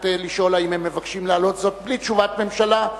לשאול האם הם מבקשים להעלות זאת בלי תשובת ממשלה.